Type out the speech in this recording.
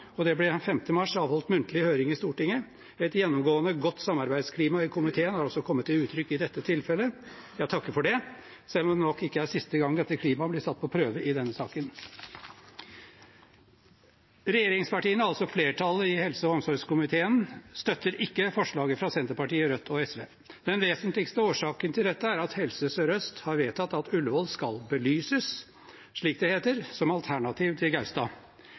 og det ble 5. mars avholdt muntlig høring i Stortinget. Et gjennomgående godt samarbeidsklima i komiteen har også kommet til uttrykk i dette tilfellet – jeg takker for det – selv om det nok ikke er siste gang dette klimaet vil bli satt på prøve i denne saken. Regjeringspartiene, altså flertallet i helse- og omsorgskomiteen, støtter ikke forslaget fra Senterpartiet, Rødt og SV. Den vesentligste årsaken til dette er at Helse Sør-Øst har vedtatt at Ullevål skal belyses – slik det heter – som alternativ til Gaustad.